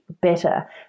better